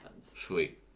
Sweet